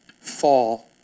fall